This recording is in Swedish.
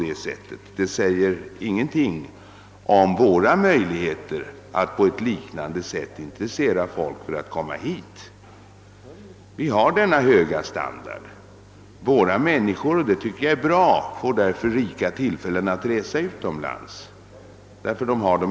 Detta säger emellertid ingenting om våra möjligheter att på ett motsvarande sätt intressera andra folk för att komma hit. Våra medborgare har en hög standard — vilket jag tycker är bra — och får därför rika tillfällen att resa utomlands.